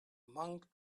monk